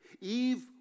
Eve